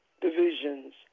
divisions